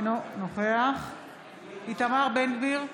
אינו נוכח איתמר בן גביר,